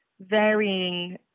varying